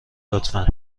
لطفا